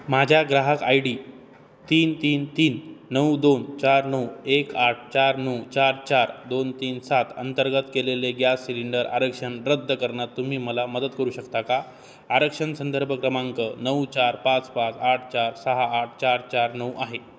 माझ्या ग्राहक I D तीन तीन तीन नऊ दोन चार नऊ एक आठ चार नऊ चार चार दोन तीन सात अंतर्गत केलेले गॅस सिलिंडर आरक्षण रद्द करण्यात तुम्ही मला मदत करू शकता का आरक्षण संदर्भ क्रमांक नऊ चार पाच पाच आठ चार सहा आठ चार चार नऊ आहे